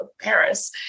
Paris